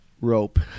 rope